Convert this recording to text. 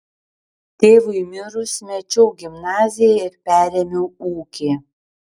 tėvui mirus mečiau gimnaziją ir perėmiau ūkį